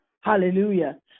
Hallelujah